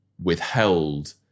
withheld